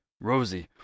Rosie